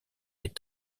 est